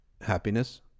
happiness